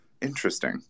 interesting